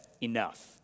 enough